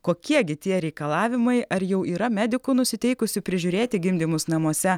kokie gi tie reikalavimai ar jau yra medikų nusiteikusių prižiūrėti gimdymus namuose